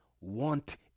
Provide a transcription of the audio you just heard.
Want